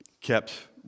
kept